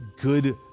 Good